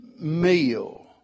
meal